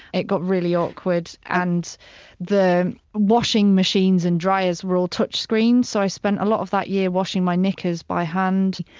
it got really awkward. and the washing machines and dryers were all touchscreens, so i spent a lot of that year washing my knickers by hand.